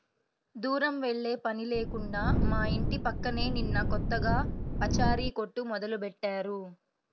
దూరం వెళ్ళే పని లేకుండా మా ఇంటి పక్కనే నిన్న కొత్తగా పచారీ కొట్టు మొదలుబెట్టారు